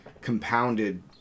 compounded